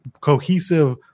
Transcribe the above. cohesive